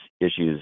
issues